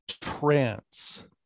trance